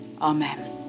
Amen